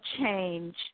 change